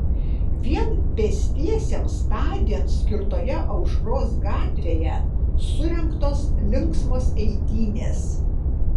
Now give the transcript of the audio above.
vien pėstiesiems tądien skirtoje aušros gatvėje surengtos linksmos eitynės